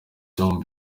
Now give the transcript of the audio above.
dom